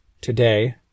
today